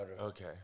Okay